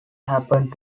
happened